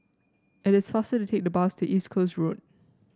it is faster to take the bus to East Coast Road